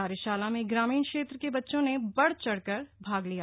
कार्यशाला में ग्रामीण क्षेत्र के बच्चों ने बढ़चढ़कर भाग लिया